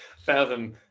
fathom